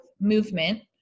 movement